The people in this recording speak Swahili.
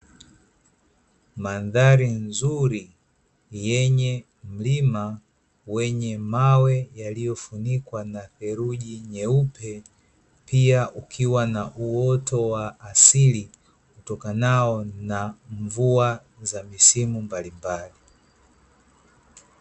Mandhari nzuri yenye mlima wenye mawe yaliyofunikwa na theruji nyeupe pia ukiwa na uoto wa asili utokanao na mvua za misimu mbalimbali.